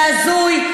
זה הזוי,